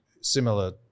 similar